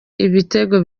ibitego